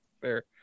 Fair